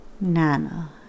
Nana